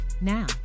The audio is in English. Now